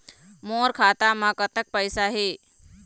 मोर खाता म कतक पैसा हे?